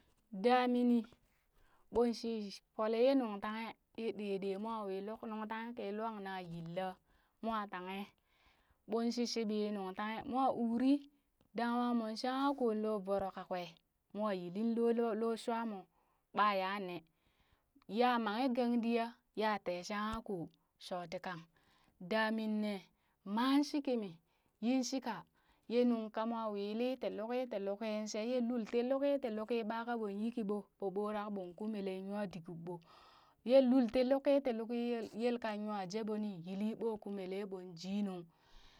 damini bonshi fole yee nuŋ tanghe yee ɗee ɗee mwa wii luk nuŋ tanghe ki lwan na yilla moo tanghe ɓoon shii shiiɓi yee nuŋ tanghe mwa uri danwaa moon shankakoo loo voro kwee moo yilin loo loo shwaa moo baa yaa ne ya manghe gandiya ya tee shangha koo shooti kan, damin nee man shii kimi, yin shika ye nung ka mwa wili ti luki ti luki shee yee lul ti luki ti luki ɓaa kaa ɓong yii kiɓoo ɓo ɓurak ɓoon kumelee nywadit guub ɓoo, yee ti lul ti luki yel- yelkan nywaa jee ɓoo ni yili ɓoo kumelee ɓon jiinung